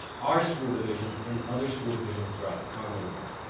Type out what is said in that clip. our school division, and other school divisions throughout the commonwealth.